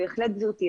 גברתי,